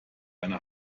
eine